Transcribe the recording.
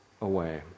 away